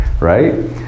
right